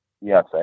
yes